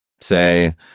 say